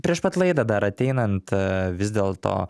prieš pat laidą dar ateinant vis dėlto